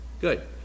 Good